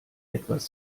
etwas